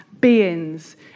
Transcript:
beings